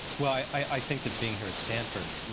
well, i i think that being here at stanford,